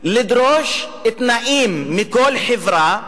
לדרוש תנאים מכל חברה,